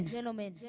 Gentlemen